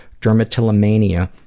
dermatillomania